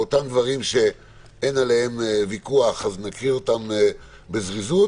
ואת אותם דברים שאין עליהם ויכוח נקרא בזריזות,